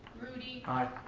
rudey. aye.